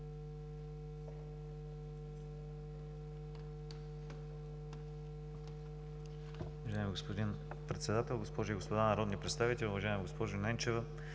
добре.